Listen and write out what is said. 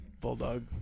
bulldog